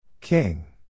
King